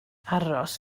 aros